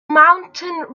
mountain